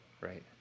Right